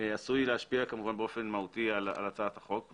עשוי להשפיע כמובן באופן מהותי על הצעת החוק,